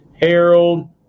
Harold